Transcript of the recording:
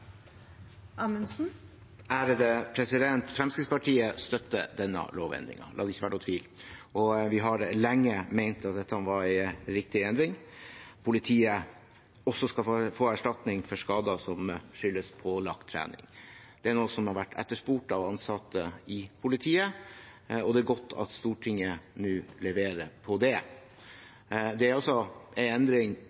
Fremskrittspartiet støtter denne lovendringen, la det ikke være noen tvil. Vi har lenge ment at dette var en riktig endring. Politiet skal også få erstatning for skader som skyldes pålagt trening. Det er noe som har vært etterspurt av ansatte i politiet, og det er godt at Stortinget nå leverer på det.